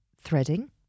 threading